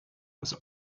was